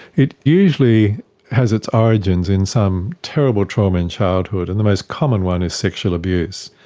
it usually has its origins in some terrible trauma in childhood, and the most common one is sexual abuse.